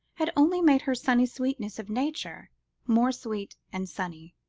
had only made her sunny sweetness of nature more sweet and sunny,